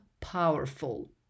powerful